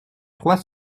trois